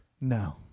no